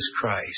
Christ